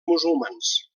musulmans